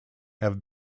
have